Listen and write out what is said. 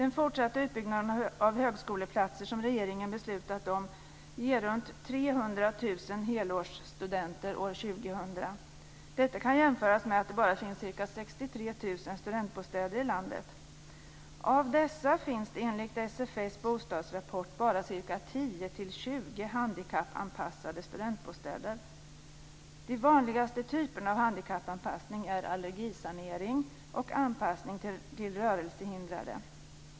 Den fortsatta utbyggnaden av högskoleplatser som regeringen beslutat om ger runt 300 000 helårsstudenter år 2000. Detta kan jämföras med att det bara finns ca 63 000 studentbostäder i landet.